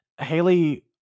Haley